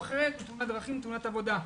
אחרת או תאונת דרכים או תאונת עבודה.